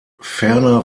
ferner